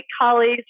colleagues